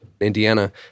indiana